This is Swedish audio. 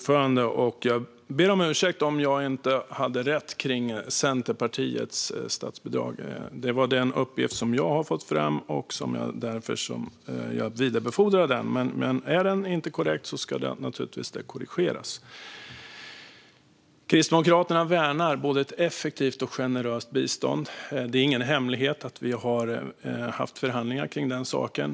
Fru talman! Jag ber om ursäkt om jag inte hade rätt när det gäller Centerpartiets statsbidrag. Det var den uppgift jag hade fått fram, och därför vidarebefordrade jag den. Men är den inte korrekt ska den naturligtvis korrigeras. Kristdemokraterna värnar både ett effektivt och ett generöst bistånd. Det är ingen hemlighet att vi har haft förhandlingar kring den saken.